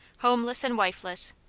homeless and wifeless,